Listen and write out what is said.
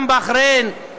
גם בחריין,